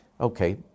Okay